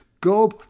go